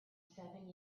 seven